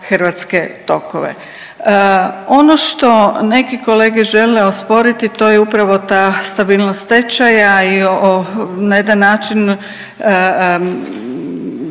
hrvatske tokove. Ono što neki kolege žele osporiti to je upravo ta stabilnost tečaja i na jedan način